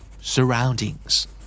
Surroundings